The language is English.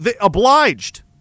obliged